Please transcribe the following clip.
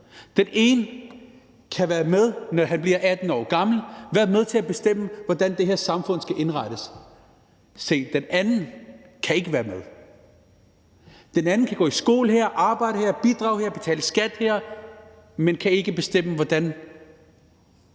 Den ene kan være med, når han bliver 18 år gammel – være med til at bestemme, hvordan det her samfund skal indrettes. Den anden kan ikke være med. Den anden kan gå i skole her, arbejde her, bidrage her, betale skat her, men kan ikke bestemme, hvordan